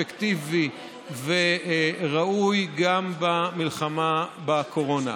אפקטיבי וראוי גם במלחמה בקורונה.